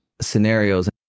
scenarios